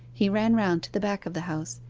he ran round to the back of the house.